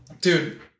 Dude